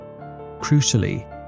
Crucially